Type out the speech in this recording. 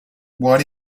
what